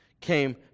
Came